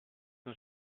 non